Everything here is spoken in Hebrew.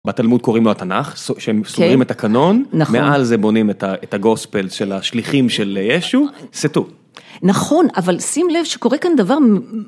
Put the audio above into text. בתלמוד קוראים לו התנך, שהם סוגרים את הקנון, מעל זה בונים את הגוספל של השליחים של ישו, סה טו. נכון, אבל שים לב שקורה כאן דבר...